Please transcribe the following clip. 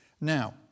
Now